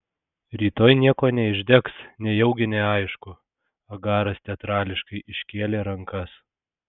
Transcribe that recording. rytoj nieko neišdegs nejaugi neaišku agaras teatrališkai iškėlė rankas